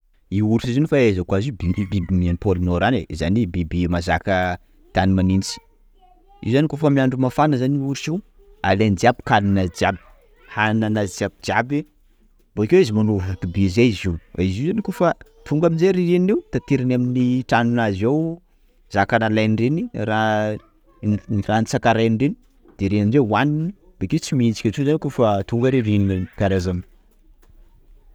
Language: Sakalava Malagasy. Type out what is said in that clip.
Io orsa io zio fahaizako azy io biby a pôly nord any ai, zany hoe biby mahazaka tany manintsy, io zany koafa aminy andro mafana zany io orsa io alainy jiaby kaly nazy jiaby, hanina nazy jiabijiaby, bokeo izy manova kiby zay izy io, fa izy io zany koafa tonga amizay ririna io, tateriny aminy tranonazy ao zaka nalainy reny, raha nitsakarainy reny, de reny amizay hoaniny, bokeo izy tsy mihetsika tsony koafa tonga ririna io, karaha zany.